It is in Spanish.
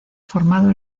formado